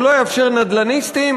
זה לא יאפשר נדלניסטים,